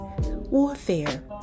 warfare